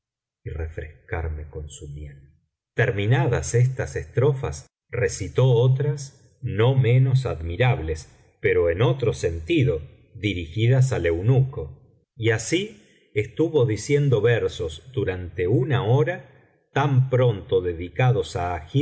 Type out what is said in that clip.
y refrescarme con su miel terminadas estas estrofas recitó otras no menos admirables pero en otro sentido dirigidas al eunuco y asi estuvo diciendo versos durante una hora tan pronto dedicados á